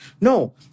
No